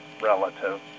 relative